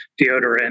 deodorant